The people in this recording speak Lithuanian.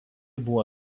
buvo